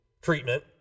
treatment